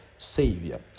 savior